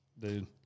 dude